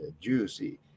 Juicy